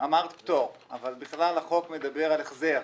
אמרת פטור, אבל בכלל החוק מדבר על החזר.